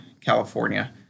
California